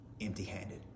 empty-handed